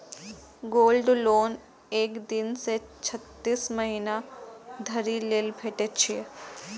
gold loan एक दिन सं छत्तीस महीना धरि लेल भेटै छै